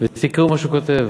ותקראו מה שהוא כותב.